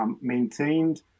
Maintained